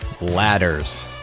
Ladders